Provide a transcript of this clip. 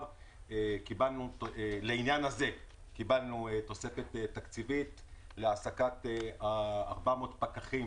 קיבלנו לעניין הזה תוספת תקציבית להעסקת 400 פקחים